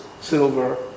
silver